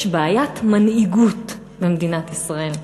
יש בעיית מנהיגות במדינת ישראל,